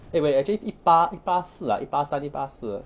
eh wait actually 一八一八四 ah 一八三一八四 ah